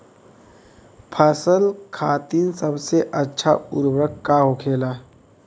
फसल खातीन सबसे अच्छा उर्वरक का होखेला?